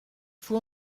faut